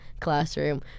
classroom